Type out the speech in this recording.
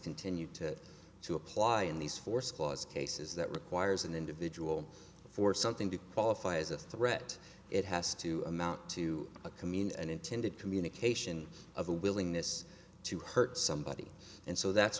continued to to apply in these forced clause cases that requires an individual for something to qualify as a threat it has to amount to a commune and intended communication of a willingness to hurt somebody and so that's